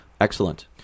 Excellent